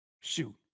Shoot